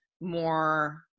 more